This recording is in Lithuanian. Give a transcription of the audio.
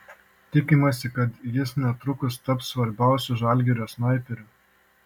tikimasi kad jis netrukus taps svarbiausiu žalgirio snaiperiu